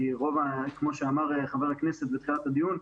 כי כמו שאמר חבר הכנסת בתחילת הדיון,